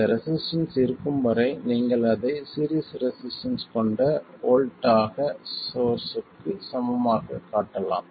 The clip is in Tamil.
இந்த ரெசிஸ்டன்ஸ் இருக்கும் வரை நீங்கள் அதை சீரிஸ் ரெசிஸ்டன்ஸ் கொண்ட வோல்ட்டேஜ் சோர்ஸ்க்கு சமமாக காட்டலாம்